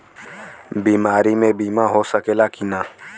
बीमारी मे बीमा हो सकेला कि ना?